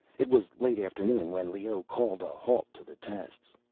it was late afternoon when leoh called a halt to the tests.